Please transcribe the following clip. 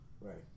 Right